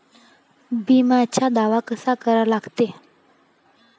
बिम्याचा दावा कसा करा लागते?